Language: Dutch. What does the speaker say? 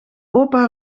opa